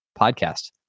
podcast